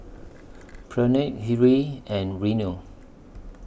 Pranav Hri and Renu